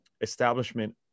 establishment